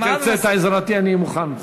אם תרצה את עזרתי, אני מוכן.